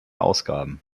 ausgaben